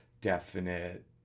definite